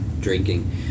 drinking